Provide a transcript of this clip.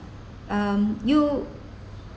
um you